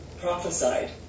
prophesied